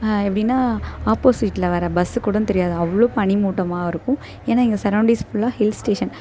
எப்படின்னா ஆப்போஸிட்டில் வர பஸ்ஸு கூட தெரியாது அவ்வளோ பனி மூட்டமாக இருக்கும் ஏன்னால் இங்கே சரவுண்டிஸ் ஃபுல்லாக ஹில் ஸ்டேஷன்